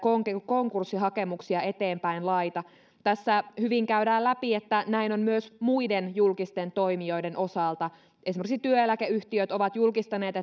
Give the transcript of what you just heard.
konkurssihakemuksia eteenpäin laita tässä hyvin käydään läpi että näin on myös muiden julkisten toimijoiden osalta esimerkiksi työeläkeyhtiöt ovat julkistaneet